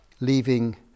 leaving